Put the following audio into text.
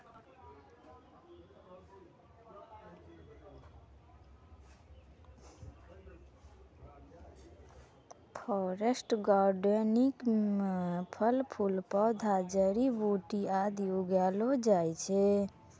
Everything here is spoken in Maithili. फॉरेस्ट गार्डेनिंग म फल फूल पौधा जड़ी बूटी आदि उगैलो जाय छै